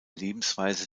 lebensweise